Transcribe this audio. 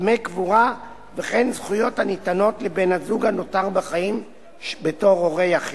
דמי קבורה וכן זכויות הניתנות לבן-הזוג הנותר בחיים בתור הורה יחיד.